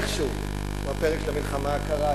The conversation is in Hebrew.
הוא הפרק של המלחמה הקרה,